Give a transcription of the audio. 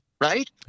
right